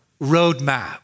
roadmap